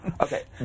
Okay